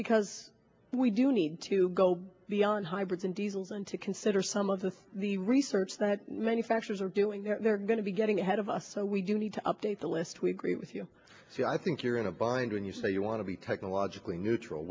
because we do need to go beyond hybrids and diesel and to consider some of the the research that manufacturers are doing they're going to be getting ahead of us so we do need to update the list we agree with you so i think you're in a bind when you say you want to be technologically neutral